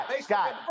Scott